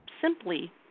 simply